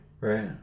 right